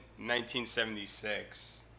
1976